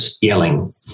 yelling